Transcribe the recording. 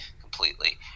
completely